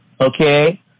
okay